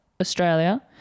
Australia